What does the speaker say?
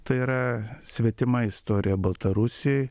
tai yra svetima istorija baltarusijoj